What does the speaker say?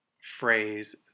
phrase